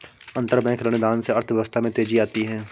अंतरबैंक ऋणदान से अर्थव्यवस्था में तेजी आती है